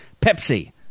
Pepsi